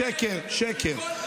שקר, שקר.